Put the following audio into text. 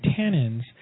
tannins